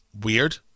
weird